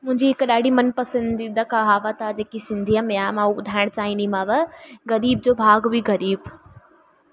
मुंहिंजी हिकु ॾाढी मनपसंदीदा कहावत आहे जेकी सिंधीअ में आहे मां उहो ॿुधाइणु चाहिंदीमांव ग़रीब जो भाग बि ग़रीब